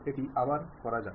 এটি আবার করা যাক